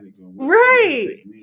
right